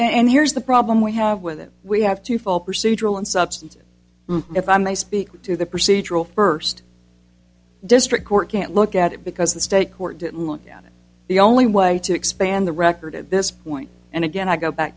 and here's the problem we have with it we have to fall procedural in substance if i may speak to the procedural first district court can't look at it because the state court didn't look down the only way to expand the record at this point and again i go back